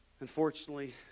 unfortunately